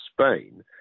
Spain